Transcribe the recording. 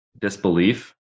disbelief